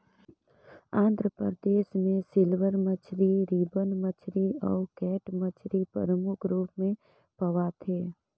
आंध्र परदेस में सिल्वर मछरी, रिबन मछरी अउ कैट मछरी परमुख रूप में पवाथे